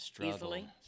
easily